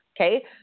okay